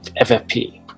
FFP